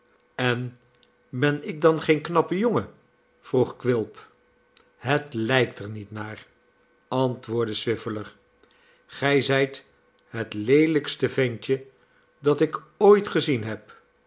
en ben ik dan geen knappe jongen vroeg quilp het lijkt er niet naar antwoordde swiveller gij zijt het leelijkste ventje dat ik ooit gezien heb